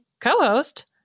co-host